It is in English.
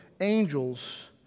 angels